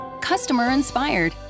customer-inspired